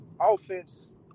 offense